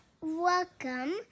Welcome